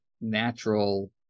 natural